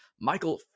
Michael